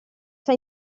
sta